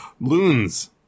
Loons